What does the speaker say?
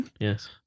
Yes